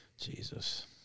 Jesus